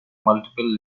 multiple